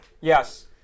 Yes